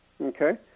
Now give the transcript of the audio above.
okay